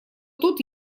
тут